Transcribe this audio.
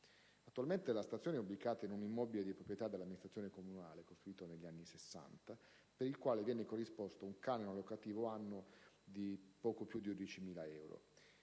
Attualmente la stazione è ubicata in un immobile di proprietà dell'amministrazione comunale costruito nel 1960 e per il quale viene corrisposto un canone locativo annuo di 12.272 euro;